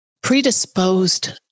predisposed